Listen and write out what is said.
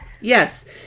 Yes